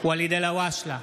ואליד אלהואשלה,